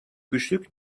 güçlük